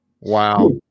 wow